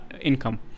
income